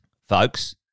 folks